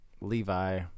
Levi